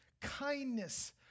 kindness